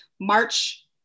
March